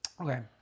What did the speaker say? Okay